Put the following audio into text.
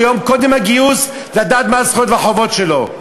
יום קודם הגיוס כדי שידע מה הזכויות והחובות שלו.